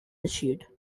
issued